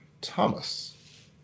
thomas